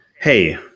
hey